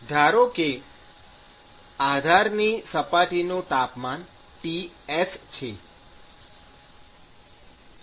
ધારો કે આધારની સપાટીનું તાપમાન Ts છે